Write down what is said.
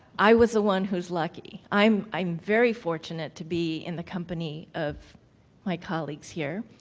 i was the one who was lucky. i'm i'm very fortunate to be in the company of my colleagues here,